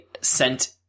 sent